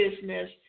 business